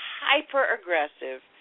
hyper-aggressive